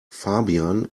fabian